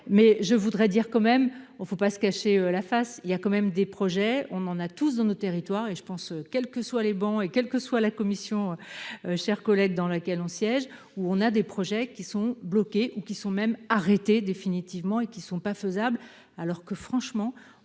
mais je voudrais dire quand même, on ne faut pas se cacher la face, il y a quand même des projets, on en a tous dans nos territoires et je pense, quelles que soient les bancs et quelle que soit la commission chers collègues dans laquelle on siège où on a des projets qui sont bloqués ou qui sont même arrêter définitivement et qui sont pas faisable, alors que franchement,